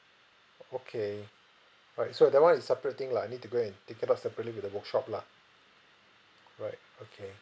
okay right so that one is a separate thing lah I need to go and take it off separately with the workshop lah right okay